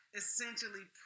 essentially